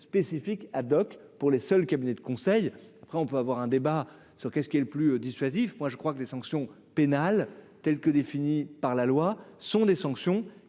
spécifique pour les seuls, cabinet de conseil, après on peut avoir un débat sur qu'est-ce qui est le plus dissuasif, moi je crois que les sanctions pénales, telle que définie par la loi sont des sanctions